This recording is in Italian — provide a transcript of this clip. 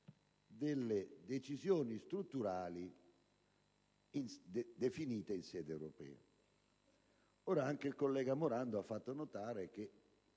delle decisioni strutturali definite in sede europea. Anche il collega Morando ha fatto notare che